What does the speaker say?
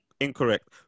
Incorrect